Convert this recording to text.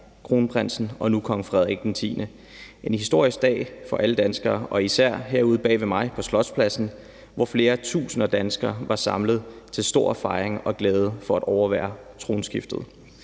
kronprinsen og nu kong Frederik X. Det var en historisk dag for alle danskere og især herude bagved mig på Slotspladsen, hvor flere tusinde danskere var samlet til stor fejring og glæde for at overvære tronskiftet.